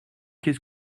qu’est